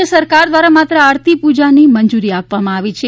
રાજ્ય સરકાર દ્વારા માત્ર આરતી પૂજાની મંજૂરી આપવામાં આવી છે